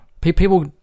People